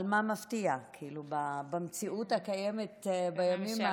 אבל מה מפתיע, כאילו, במציאות הקיימת בימים האלה?